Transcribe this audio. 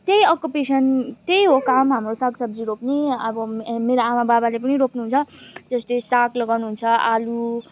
त्यही अकुपेसन त्यही हो काम हाम्रो साग सब्जी रोप्ने अब मेरो आमा बाबाले पनि रोप्नु हुन्छ त्यस्तै साग लगाउनु हुन्छ आलु